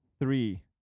three